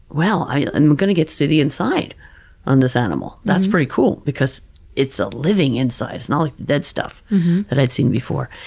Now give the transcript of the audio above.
wow, i'm going to get to see the inside on this animal. that's pretty cool because it's a living inside. it's not like the dead stuff that i'd seen before.